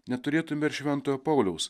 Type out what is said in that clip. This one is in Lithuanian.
neturėtume ir šventojo pauliaus